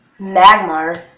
Magmar